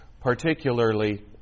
particularly